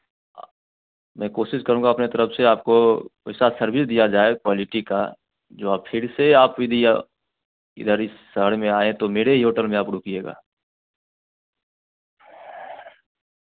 मैं कोशिश करूँगा अपने तरफ़ से आपको ऐसा सर्विस दिया जाए क्वालिटी का जो आप फिर से आप यदि इधर इस शहर में आएँ तो मेरे ही होटल में आप रुकिएगा